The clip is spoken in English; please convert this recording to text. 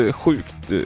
sjukt